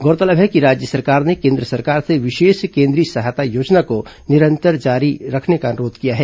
गौरतलब है कि राज्य सरकार ने केन्द्र सरकार से विशेष केंद्रीय सहायता योजना को निरंतर जारी रखने का अनुरोध किया है